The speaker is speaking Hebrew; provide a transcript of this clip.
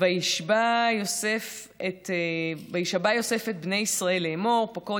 "ויַשבַע יוסף את בני ישראל לאמור פקד